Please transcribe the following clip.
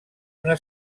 una